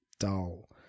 dull